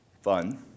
fun